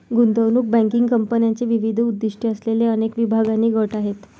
गुंतवणूक बँकिंग कंपन्यांचे विविध उद्दीष्टे असलेले अनेक विभाग आणि गट आहेत